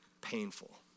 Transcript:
painful